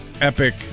epic